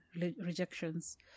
rejections